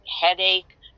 headache